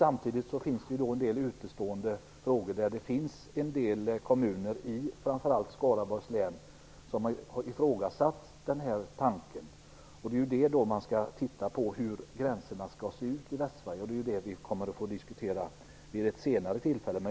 Samtidigt finns det dock en del olösta frågor, och det finns en del kommuner, framför allt i Skaraborgs län, som har ifrågasatt den här tanken. Nu skall man alltså titta på hur gränserna skall se ut i Västsverige, och vi kommer att få diskutera detta vid ett senare tillfälle.